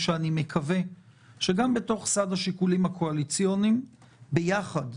שאני מקווה שגם בתוך סד השיקולים הקואליציוניים ביחד,